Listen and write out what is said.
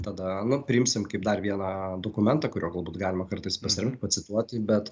tada nu priimsim kaip dar viena dokumentą kuriuo galbūt galima kartais pasiremt pacituoti bet